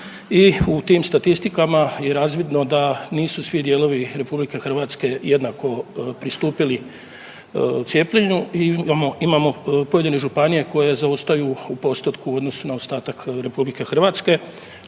i u tim statistikama je razvidno da nisu svi dijelovi Republike Hrvatske jednako pristupili cijepljenju i imamo pojedine županije koje zaostaju u postotku u odnosu na ostatak Republike Hrvatske.